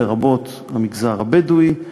לרבות המגזר הבדואי,